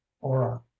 aura